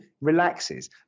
Relaxes